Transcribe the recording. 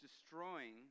destroying